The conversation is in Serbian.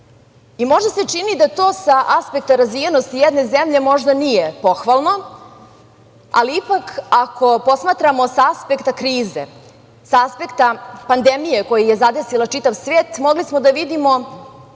Evrope. Možda se čini da to sa aspekta razvijenosti jedne zemlje možda nije pohvalno, ali ipak ako posmatramo sa aspekta krize, sa aspekta pandemije koja je zadesila čitav svet mogli smo da vidimo